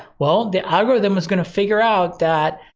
well, the algorithm is gonna figure out that,